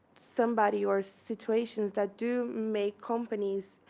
somebody or situations that do make companies,